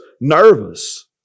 nervous